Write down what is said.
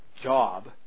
job